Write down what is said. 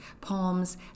poems